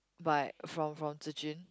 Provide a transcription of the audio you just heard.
but from from Zi Jun